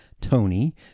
Tony